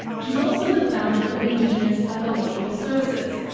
she's also the founder of indigenous psychological services,